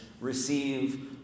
receive